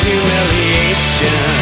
Humiliation